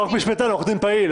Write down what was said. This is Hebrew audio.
לא רק משפטן, עורך דין, לא פעיל.